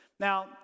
Now